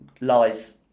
lies